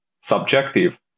subjective